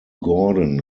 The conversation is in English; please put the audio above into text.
gordon